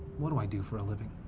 what do i do for a living?